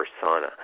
persona